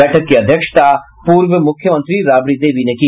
बैठक की अध्यक्षता पूर्व मुख्यमंत्री राबड़ी देवी ने की